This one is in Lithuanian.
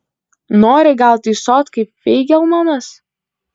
nori gal tysot kaip feigelmanas